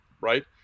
right